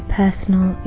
personal